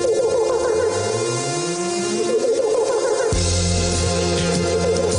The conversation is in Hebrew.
טוב, אני חייבת